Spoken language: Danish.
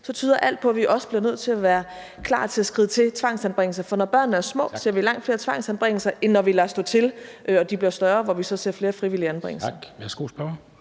tyder alt på, at vi også bliver nødt til at være klar til at skride til tvangsanbringelser, for når børnene er små, ser vi langt flere tvangsanbringelser, end når vi lader stå til, og de bliver større, hvor vi så ser flere frivillige anbringelser.